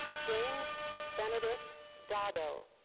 james benedict dodd-o.